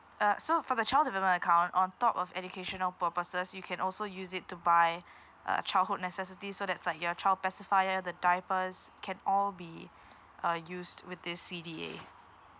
uh so for the child development account on top of educational purposes you can also use it to buy uh childhood necessity so that's like your child pacifier the diapers can all be uh used with this C_D_A